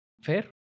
Fair